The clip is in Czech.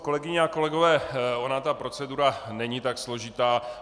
Kolegyně a kolegové, ona ta procedura není tak složitá.